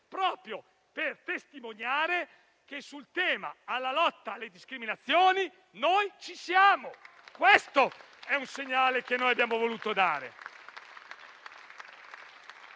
proprio per testimoniare che sul tema della lotta alle discriminazioni noi ci siamo. Questo è un segnale che abbiamo voluto dare,